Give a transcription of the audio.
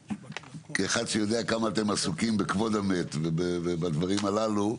כאחד שיודע כמה אתם עסוקים בכבוד המת ובדברים הללו,